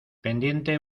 pendiente